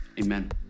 amen